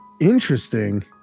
interesting